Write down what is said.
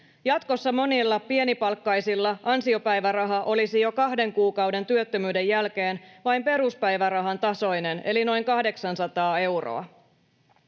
Jatkossa monilla pienipalkkaisilla ansiopäiväraha olisi jo kahden kuukauden työttömyyden jälkeen vain peruspäivärahan tasoinen eli noin 800 euroa.